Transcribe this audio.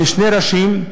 שני ראשים,